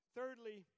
Thirdly